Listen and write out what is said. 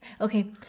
okay